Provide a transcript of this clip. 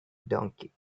donkey